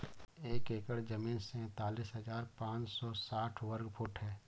एक एकड़ जमीन तैंतालीस हजार पांच सौ साठ वर्ग फुट है